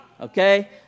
Okay